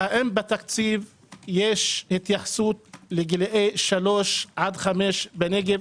האם בתקציב יש התייחסות לגילאי 3 עד 5 בנגב,